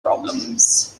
problems